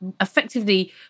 effectively